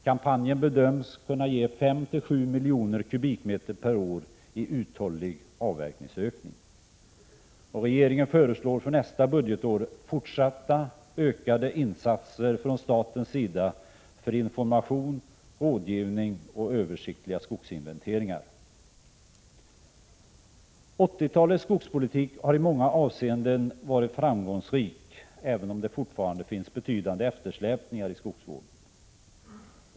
Kampanjen bedöms kunna ge 5-7 miljoner kubikmeter per år i uthållig avverkningsökning. Regeringen föreslår för nästa budgetår fortsatta ökade insatser från statens sida för information, rådgivning och översiktliga skogsinventeringar. 80-talets skogspolitik har i många avseenden varit framgångsrik, även om det fortfarande finns betydande eftersläpningar i skogsvården.